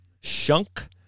Shunk